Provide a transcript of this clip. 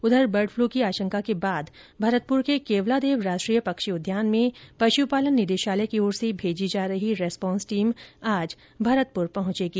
उधर bird flu की आशंका के बाद भरतपुर के केवलादेव राष्ट्रीय पक्षी उद्यान में पशुपालन निदेशालय की ओर से भेजी जा रही रेस्पॉन्स टीम आज भरेतपुर पहुंचेगी